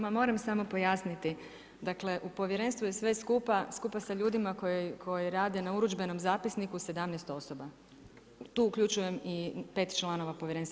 Ma moram samo pojasniti, dakle u povjerenstvu je sve skupa, skupa sa ljudima koji rade na urudžbenom zapisniku 17 osoba, tu uključujem i 5 članova povjerenstva.